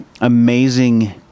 amazing